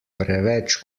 preveč